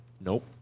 Nope